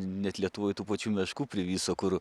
net lietuvoj tų pačių meškų priviso kur